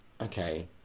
okay